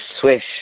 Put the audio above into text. swish